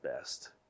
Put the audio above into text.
best